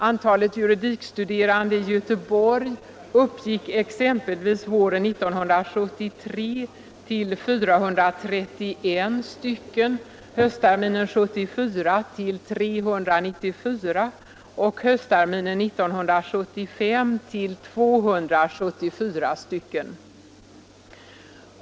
Antalet juridikstuderande i Göteborg uppgick exempelvis vårterminen 1973 till 431, höstterminen 1974 till 394 och höstterminen 1975 till 274.